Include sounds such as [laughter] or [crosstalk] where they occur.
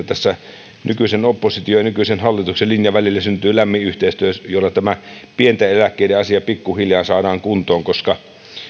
[unintelligible] tässä nykyisen opposition ja nykyisen hallituksen linjan välille syntyy lämmin yhteistyö jolla tämä pienten eläkkeiden asia pikkuhiljaa saadaan kuntoon koska